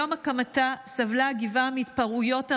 מיום הקמתה סבלה הגבעה מהתפרעויות ערביות,